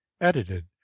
Edited